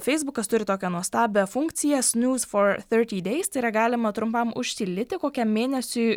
feisbukas turi tokią nuostabią funkciją snūz for firty deis tai yra galima trumpam užtildyti kokiam mėnesiui